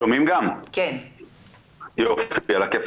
קודם כל אבהיר שזו לא עמותה, זה גוף